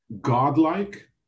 godlike